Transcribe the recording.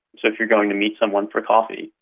so if you're going to meet someone for coffee,